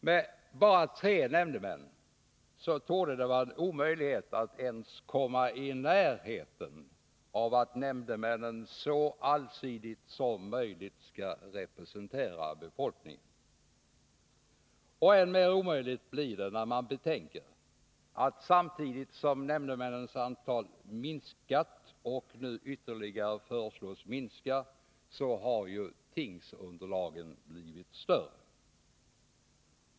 Med bara tre nämndemän torde det vara en omöjlighet att ens komma i närheten av att nämndemännen så allsidigt som möjligt skall representera befolkningen. Än mera omöjligt blir det, när man betänker att samtidigt som nämndemännens antal minskat och nu ytterligare föreslås minska, har tingsunderlagen blivit allt större.